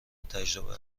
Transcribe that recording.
تجربه